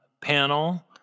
panel